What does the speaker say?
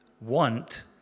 want